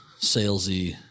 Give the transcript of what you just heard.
salesy